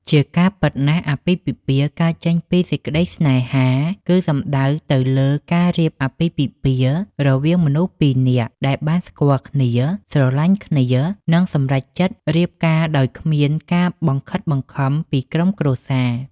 ជាការពិតណាស់ អាពាហ៍ពិពាហ៍កើតចេញពីសេចក្តីស្នេហា គឺសំដៅទៅលើការរៀបអាពាហ៍ពិពាហ៍រវាងមនុស្សពីរនាក់ដែលបានស្គាល់គ្នា ស្រលាញ់គ្នា និងសម្រេចចិត្តរៀបការដោយគ្មានការបង្ខិតបង្ខំពីក្រុមគ្រួសារ។